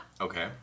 okay